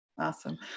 Awesome